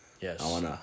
Yes